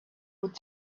would